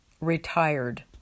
retired